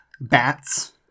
bats